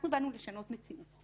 אנחנו באנו לשנות מציאות,